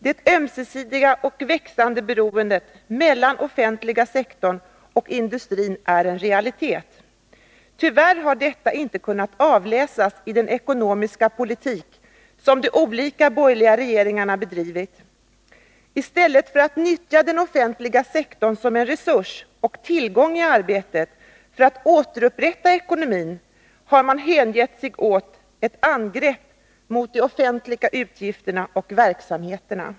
Det ömsesidiga och växande beroendet mellan den offentliga sektorn och industrin är en realitet. Tyvärr har detta inte kunnat avläsas i den ekonomiska politik som de olika borgerliga regeringarna bedrivit. I stället för att nyttja den offentliga sektorn som en resurs och en tillgång i arbetet för att återupprätta ekonomin, har man hängett sig åt angrepp mot de offentliga utgifterna och verksamheterna.